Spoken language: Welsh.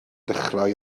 dechrau